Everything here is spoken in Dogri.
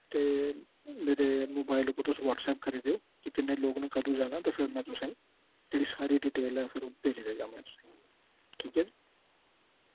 ते मेरे मोबाइल उप्पर तुस वाट्सएप करी देओ कि किन्ने लोक न कदूं जाना ते फेर मैं तुसेंईं जेह्ड़ी सारी डिटेल ऐ ओह् में भेजी देगा मै तुसेंगी ठीक ऐ